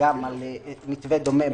מתווה דומה,